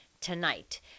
tonight